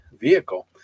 vehicle